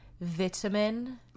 Vitamin